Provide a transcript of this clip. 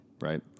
right